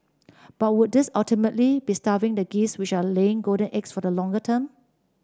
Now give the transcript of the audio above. but would this ultimately be starving the geese which are laying golden eggs for the longer term